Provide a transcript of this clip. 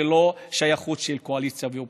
ולא לפי שייכות של קואליציה ואופוזיציה,